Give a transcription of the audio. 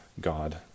God